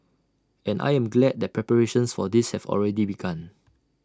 and I am glad that preparations for this have already begun